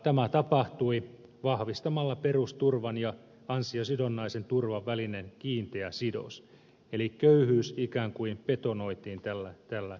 tämä tapahtui vahvistamalla perusturvan ja ansiosidonnaisen turvan välinen kiinteä sidos eli köyhyys ikään kuin betonoitiin tällä sopimuksella